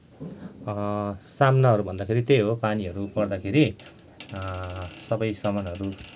सामनाहरू भन्दाखेरि त्यही हो पानीहरू पर्दाखेरि सबै सामानहरू